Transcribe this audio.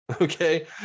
Okay